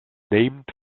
named